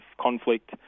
conflict